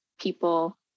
people